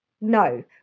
No